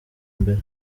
mbere